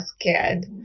scared